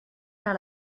car